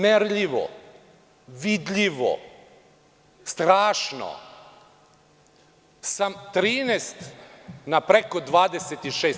Merljivo, vidljivo, strašno sa 13% na preko 26%